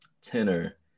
tenor